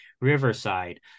Riverside